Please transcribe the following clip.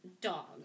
dog